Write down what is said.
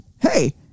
hey